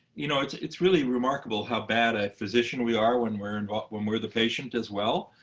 you know, it's it's really remarkable how bad a physician we are when we're and but when we're the patient as well.